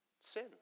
Sin